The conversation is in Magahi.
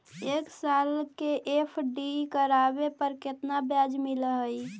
एक साल के एफ.डी करावे पर केतना ब्याज मिलऽ हइ?